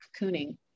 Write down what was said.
cocooning